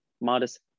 modest